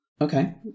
Okay